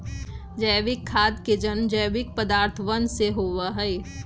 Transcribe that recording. जैविक खाद के जन्म जैविक पदार्थवन से होबा हई